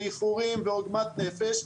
באיחורים ובעוגמת נפש,